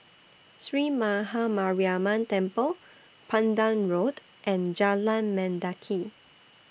Sree Maha Mariamman Temple Pandan Road and Jalan Mendaki